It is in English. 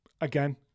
again